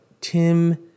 Tim